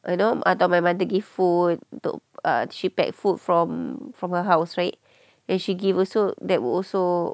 you know atau my mother give food untuk uh she packed food from from her house right then she give also that would also